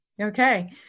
okay